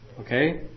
Okay